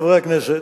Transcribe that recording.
חברי הכנסת,